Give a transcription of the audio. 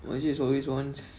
Y_J is always wants